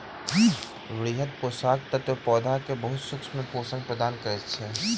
वृहद पोषक तत्व पौधा के बहुत सूक्ष्म पोषण प्रदान करैत अछि